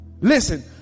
Listen